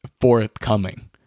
forthcoming